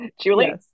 Julie